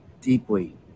deeply